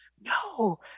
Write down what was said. No